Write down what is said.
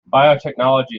biotechnology